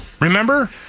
Remember